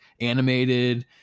animated